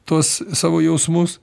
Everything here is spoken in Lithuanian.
tuos savo jausmus